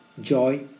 joy